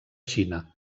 xina